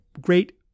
great